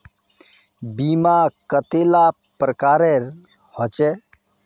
बीमा कतेला प्रकारेर होचे?